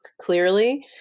clearly